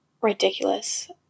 ridiculous